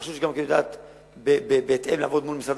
חשוב גם לדעת לעבוד בתיאום עם משרד